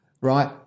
right